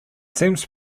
seems